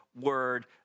word